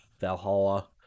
Valhalla